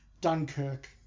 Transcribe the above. dunkirk